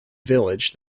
village